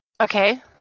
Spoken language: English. Okay